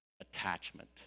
attachment